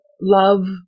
love